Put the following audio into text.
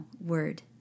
word